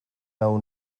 nau